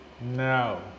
No